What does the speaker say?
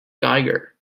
geiger